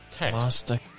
Master